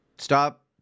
Stop